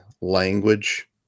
language